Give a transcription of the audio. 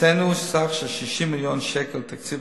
הקצינו סכום של 60 מיליון שקל בתקציב